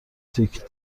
تیک